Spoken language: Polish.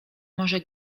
może